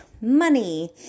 money